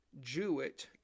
Jewett